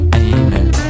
amen